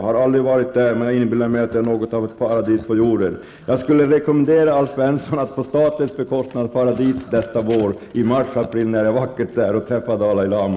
Har aldrig varit där, men jag inbillar mig att det är något av ett paradis på jorden.'' Jag skulle vilja rekommendera Alf Svensson att på statens bekostnad fara dit nästa vår, i mars eller april, när det är vackert där, och träffa Dalai Lama.